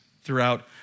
throughout